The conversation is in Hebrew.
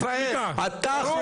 אפשר, בבקשה, את זכות הדיבור?